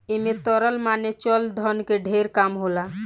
ऐमे तरल माने चल धन के ढेर काम होला